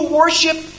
worship